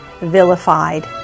vilified